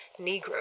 Negro